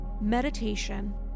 meditation